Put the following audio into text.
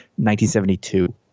1972